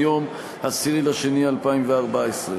מיום 10 בפברואר 2014,